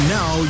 now